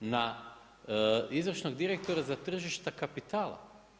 Na izvršnog direktora za tržišta kapitala.